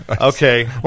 Okay